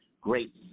great